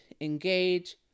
engage